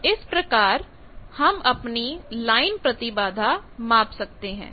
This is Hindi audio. तो इस प्रकार हम अपनी लाइन प्रतिबाधा माप सकते हैं